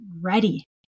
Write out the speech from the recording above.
ready